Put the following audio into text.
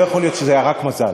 לא יכול להיות שזה היה רק מזל.